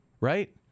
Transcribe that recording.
Right